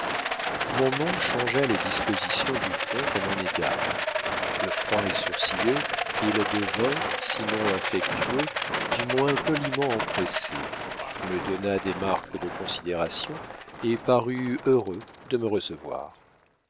mon nom changea les dispositions du comte à mon égard de froid et sourcilleux il devint sinon affectueux du moins poliment empressé me donna des marques de considération et parut heureux de me recevoir